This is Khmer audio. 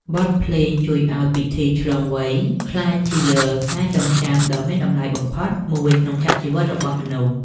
បទភ្លេងជួយឱ្យពិធីឆ្លងវ័យក្លាយជាការចងចាំដ៏មានតម្លៃបំផុតមួយក្នុងឆាកជីវិតរបស់មនុស្ស។